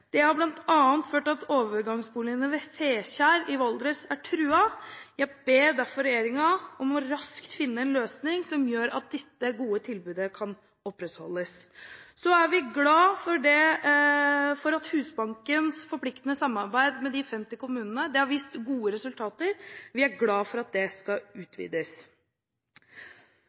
Det har bl.a. ført til at overgangsboligene ved Fekjær i Valdres er truet. Jeg ber derfor regjeringen om raskt å finne en løsning som gjør at dette gode tilbudet kan opprettholdes. Vi er glade for Husbankens forpliktende samarbeid med 50 kommuner. Det har vist gode resultater. Vi er glade for at det skal utvides.